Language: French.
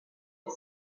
que